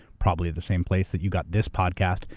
probably at the same place that you got this podcast,